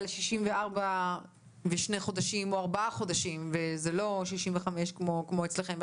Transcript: ל-64 ושני חודשים או שלושה חודשים וזה לא 65 כמו אצלכם,